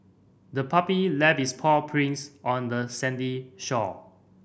the puppy left its paw prints on the sandy shore